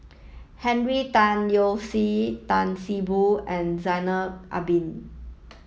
Henry Tan Yoke See Tan See Boo and Zainal Abidin